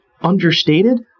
understated